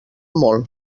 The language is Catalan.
molt